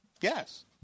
Yes